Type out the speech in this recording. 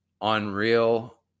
Unreal